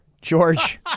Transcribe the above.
George